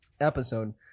episode